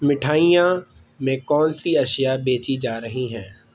مٹھائیاں میں کون سی اشیاء بیچی جا رہی ہیں